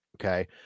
Okay